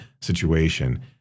situation